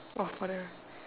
for the